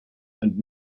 and